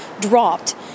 dropped